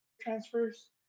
transfers